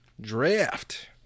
Draft